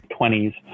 20s